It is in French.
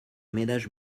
ménages